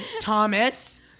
Thomas